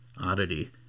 oddity